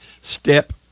step